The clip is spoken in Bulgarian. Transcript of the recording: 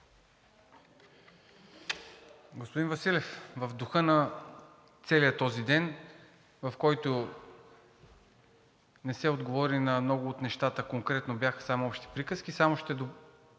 Господин Василев, в духа на целия този ден, в който не се отговори на много от нещата конкретно, бяха само общи приказки, само ще подчертая